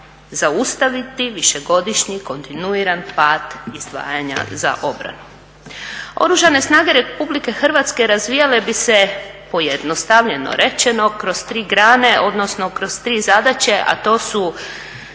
zaustaviti višegodišnji kontinuirani pad izdvajanja za obranu. Oružane snage RH razvijale bi se pojednostavljeno rečeno kroz tri grane odnosno kroz tri zadaće, a to su